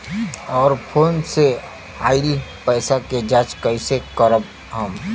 और फोन से आईल पैसा के जांच कैसे करब हम?